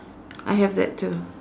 I have that too